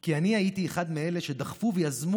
כי אני הייתי אחד מאלה שדחפו ויזמו